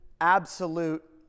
absolute